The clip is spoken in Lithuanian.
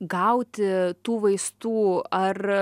gauti tų vaistų ar